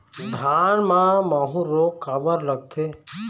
धान म माहू रोग काबर लगथे?